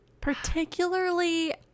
Particularly